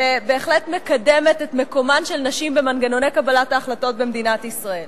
שבהחלט מקדמת את מקומן של נשים במנגנוני קבלת ההחלטות במדינת ישראל.